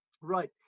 Right